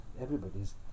everybody's